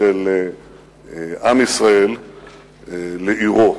של עם ישראל לעירו.